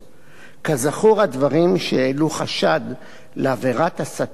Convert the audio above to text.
הדברים שהעלו חשד לעבירת הסתה נאמרו